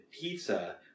pizza